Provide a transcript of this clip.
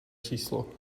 číslo